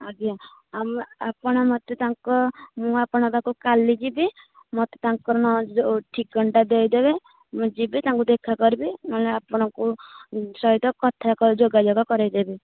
ଆଜ୍ଞା ଆପଣ ମୋତେ ତାଙ୍କ ମୁଁ ଆପଣଙ୍କ ପାଖକୁ କାଲି ଯିବି ମୋତେ ତାଙ୍କ ଯୋଉ ଠିକଣା ଟା ଦେଇ ଦେବେ ମୁଁ ଯିବି ତାଙ୍କୁ ଦେଖା କରିବି ନହେଲେ ଆପଣଙ୍କୁ ସହିତ କଥା ଯୋଗାଯୋଗ କରେଇଦେବି